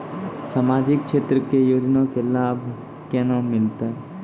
समाजिक क्षेत्र के योजना के लाभ केना मिलतै?